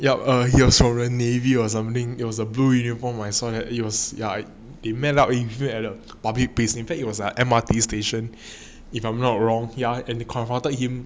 yup he was from the navy or something it was a blue uniform I saw that he was yeah man up feel at a public place in fact it was an M_R_T station if I'm not wrong he ah and he confronted him